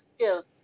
skills